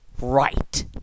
right